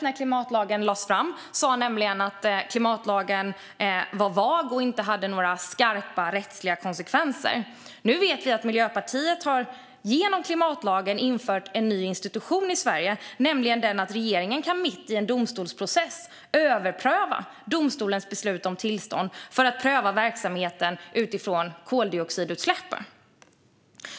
När klimatlagen lades fram sa Lagrådet nämligen att den var vag och inte hade några skarpa rättsliga konsekvenser. Nu vet vi att Miljöpartiet genom klimatlagen har infört en ny institution i Sverige, nämligen den att regeringen mitt i en domstolsprocess kan överpröva domstolens beslut om tillstånd för att pröva verksamheten utifrån koldioxidutsläpp.